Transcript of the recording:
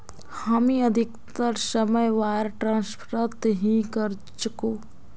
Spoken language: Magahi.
हामी अधिकतर समय वायर ट्रांसफरत ही करचकु